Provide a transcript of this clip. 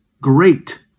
great